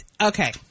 okay